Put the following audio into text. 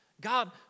God